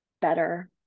better